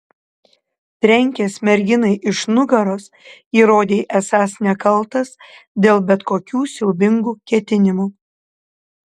trenkęs merginai iš nugaros įrodei esąs nekaltas dėl bet kokių siaubingų ketinimų